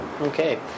Okay